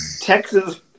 Texas